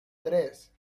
tres